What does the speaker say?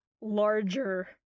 larger